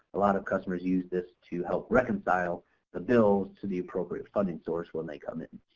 a lot of customers use this to help reconcile the bills to the appropriate funding source when they come in.